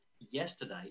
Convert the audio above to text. yesterday